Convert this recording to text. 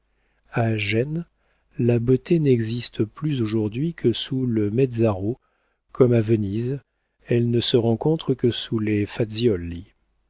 a gênes la beauté n'existe plus aujourd'hui que sous le mezzaro comme à venise elle ne se rencontre que sous les